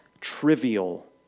trivial